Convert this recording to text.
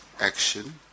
action